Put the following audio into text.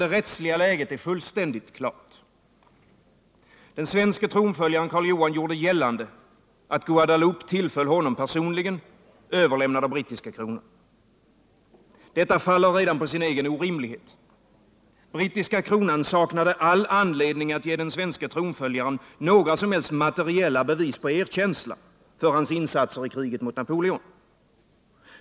Den rättsliga läget är fullständigt klart. Den svenske tronföljaren Karl Johan gjorde gällande att Guadeloupe tillföll honom personligen, överlämnad av brittiska kronan. Detta faller redan på sin egen orimlighet. Brittiska kronan saknade all anledning att ge den svenske tronföljaren några som helst materiella bevis på erkänsla för hans insatser i kriget mot Napoleon.